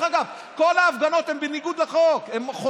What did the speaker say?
דרך אגב, כל ההפגנות הן בניגוד לחוק.